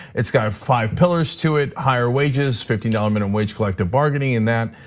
it's got five pillars to it, higher wages, fifteen dollars minimum wage, collective bargaining, and that.